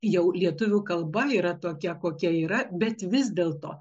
jau lietuvių kalba yra tokia kokia yra bet vis dėlto